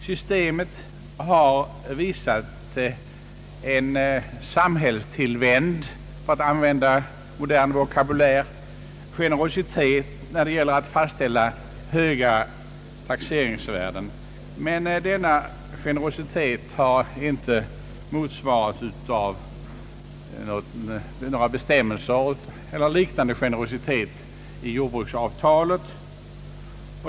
Systemet har visat en sambhällstillvänd — för att använda modern vokabulär — generositet när det gäller att fastställa höga taxeringsvärden, men den har inte motsvarats av liknande generositet beträffande jordbrukets förmåner i jordbruksavtalet.